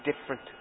different